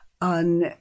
on